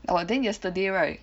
oh then yesterday right